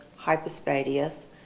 hypospadias